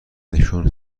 نشون